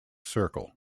circle